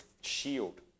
shield